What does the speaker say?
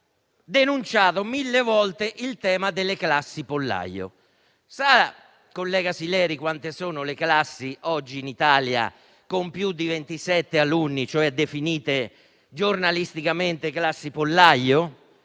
denunciato innumerevoli volte il tema delle classi pollaio. Sa, collega Sileri, quante sono oggi in Italia le classi con più di 27 alunni, definite giornalisticamente classi pollaio?